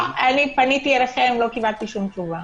פניתי אליכם ולא קיבלתי תשובה.